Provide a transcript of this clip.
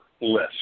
list